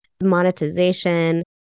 monetization